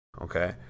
Okay